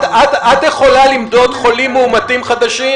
את יכולה למדוד חולים מאומתים חדשים?